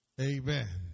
amen